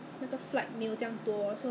!wah! 真的是 !wah! terrible man